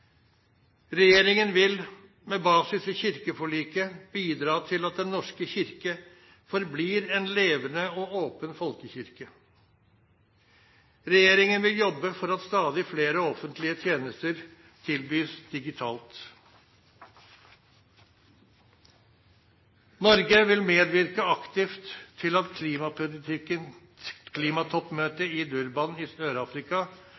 Regjeringen vil, med basis i kirkeforliket, bidra til at Den norske kirke forblir en levende og åpen folkekirke. Regjeringen vil jobbe for at stadig flere offentlige tjenester tilbys digitalt. Norge vil medvirke aktivt til at